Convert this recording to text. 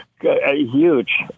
huge